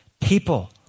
People